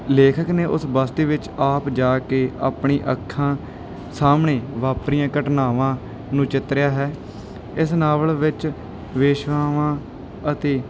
ਲੇਖਕ ਨੇ ਉਸ ਬਸਤੀ ਵਿੱਚ ਆਪ ਜਾ ਕੇ ਆਪਣੀ ਅੱਖਾਂ ਸਾਹਮਣੇ ਵਾਪਰੀਆਂ ਘਟਨਾਵਾਂ ਨੂੰ ਚਿਤਰਿਆ ਹੈ ਇਸ ਨਾਵਲ ਵਿੱਚ ਵੇਸ਼ਵਾਵਾਂ ਅਤੇ